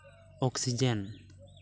oxygen